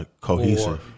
cohesive